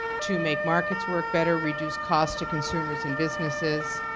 to make markets work better, reduce cost to consumers and businesses.